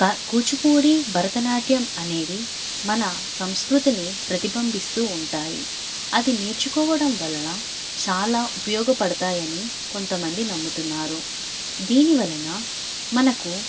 కూచిపూడి భరతనాట్యం అనేవి మన సంస్కృతిని ప్రతిబంబిస్తూ ఉంటాయి అది నేర్చుకోవడం వలన చాలా ఉపయోగపడతాయని కొంతమంది నమ్ముతున్నారు దీని వలన మనకు